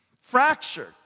fractured